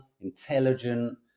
intelligent